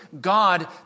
God